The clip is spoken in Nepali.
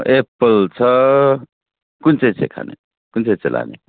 एप्पल छ कुन चाहिँ चाहिँ खाने कुन चाहिँ चाहिँ लाने